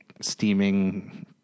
steaming